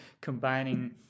combining